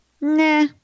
Nah